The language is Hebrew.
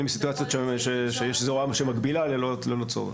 בסיטואציות שיש איזו הוראה שמגבילה ללא צורך.